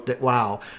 Wow